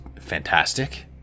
fantastic